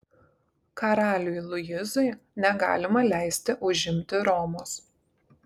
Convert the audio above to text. karaliui luisui negalima leisti užimti romos